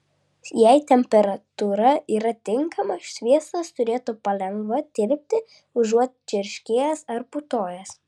jei temperatūra yra tinkama sviestas turėtų palengva tirpti užuot čirškėjęs ar putojęs